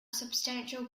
substantial